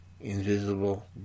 invisible